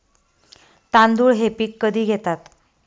तांदूळ हे पीक कधी घेतात?